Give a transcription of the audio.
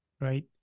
right